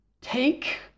take